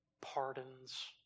pardons